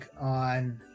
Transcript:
on